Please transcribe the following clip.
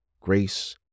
grace